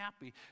happy